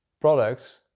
products